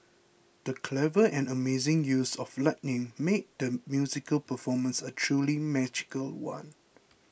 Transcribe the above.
the clever and amazing use of lighting made the musical performance a truly magical one